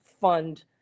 fund